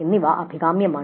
എന്നിവ അഭികാമ്യമാണ്